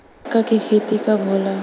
मक्का के खेती कब होला?